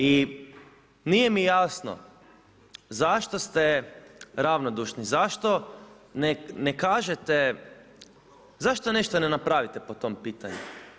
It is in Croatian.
I nije mi jasno zašto ste ravnodušni, zašto ne kažete, zašto nešto ne napravite po tom pitanju?